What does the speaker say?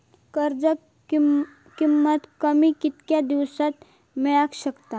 कर्ज कमीत कमी कितक्या दिवसात मेलक शकता?